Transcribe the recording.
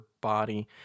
body